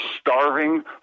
starving